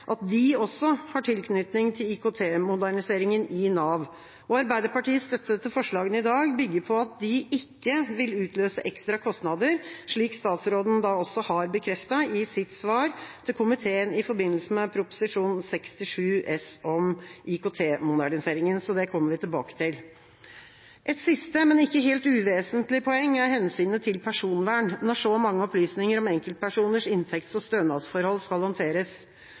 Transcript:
at de også har tilknytning til IKT-moderniseringen i Nav. Arbeiderpartiets støtte til forslagene i dag bygger på at de ikke vil utløse ekstra kostnader, slik statsråden også har bekreftet i sitt svar til komiteen i forbindelse med Prop. 67 S om IKT-moderniseringen. Så det kommer vi tilbake til. Et siste, men ikke helt uvesentlig poeng, er hensynet til personvern når så mange opplysninger om enkeltpersoners inntekts- og stønadsforhold skal håndteres.